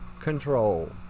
control